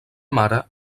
mare